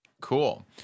Cool